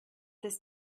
this